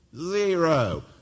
Zero